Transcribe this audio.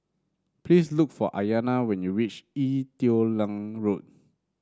please look for Aiyana when you reach Ee Teow Leng Road